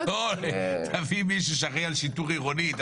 תביא מישהו שקשור לשיטור עירוני.